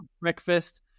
breakfast